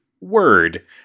word